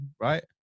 right